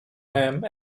ham